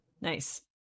Nice